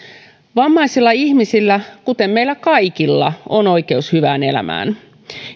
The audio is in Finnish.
vammaisilla ihmisillä kuten meillä kaikilla on oikeus hyvään elämään